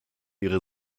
ihre